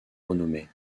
renommée